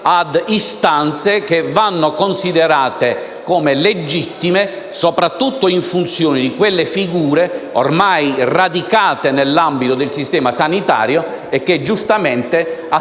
ad istanze che vanno considerate come legittime, soprattutto in funzione di quelle figure ormai radicate nell'ambito del Sistema sanitario e che, giustamente, attendono